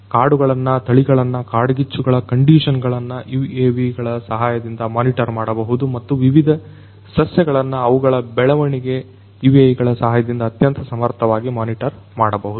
ಕಾಡುಗಳನ್ನು ತಳಿಗಳನ್ನು ಕಾಡ್ಗಿಚ್ಚುಗಳ ಕಂಡೀಶನ್ ಗಳನ್ನ UAVಗಳ ಸಹಾಯದಿಂದ ಮೋನಿಟರ್ ಮಾಡಬಹುದು ಮತ್ತು ವಿವಿಧ ಸಸ್ಯಗಳನ್ನು ಅವುಗಳ ಬೆಳವಣಿಗೆ UAV ಗಳ ಸಹಾಯದಿಂದ ಅತ್ಯಂತ ಸಮರ್ಥವಾಗಿ ಮೋನಿಟರ್ ಮಾಡಬಹುದು